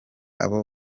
abo